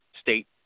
State